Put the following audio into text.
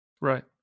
Right